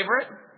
favorite